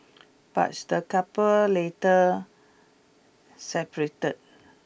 but the couple later separated